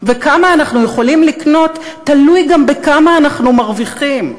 וכמה אנחנו יכולים לקנות תלוי גם בכמה אנחנו מרוויחים.